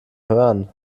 hören